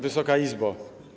Wysoka Izbo!